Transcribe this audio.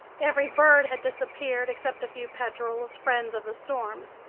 every bird had disappeared except a few petrels, friends of the storms.